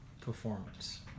performance